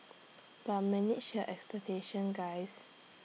but manage your expectations guys